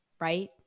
right